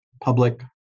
public